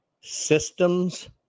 systems